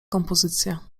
kompozycja